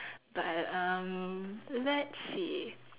but um let's see